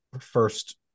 first